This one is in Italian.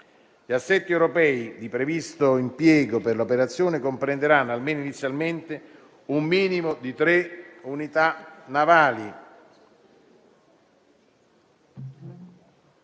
Gli assetti europei di previsto impiego per l'operazione comprenderanno, almeno inizialmente, un minimo di tre unità navali.